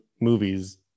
movies